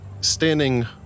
standing